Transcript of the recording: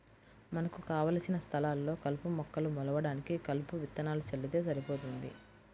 మనకు కావలసిన స్థలాల్లో కలుపు మొక్కలు మొలవడానికి కలుపు విత్తనాలను చల్లితే సరిపోతుంది